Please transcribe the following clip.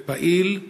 ופעיל,